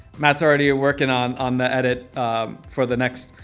matt's already ah working on on the edit for the next.